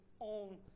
own